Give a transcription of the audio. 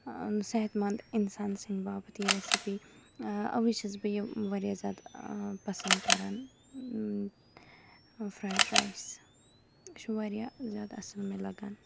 صیحت مند اِنسان سٕندۍ باپتھ یہِ ریسِپی آ اَوے چھس بہٕ یہِ زیادٕ پسند کَران فرایِڈ رَایِس یہِ چھُ واریاہ زیادٕ اصل مےٚ لَگَن